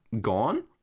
gone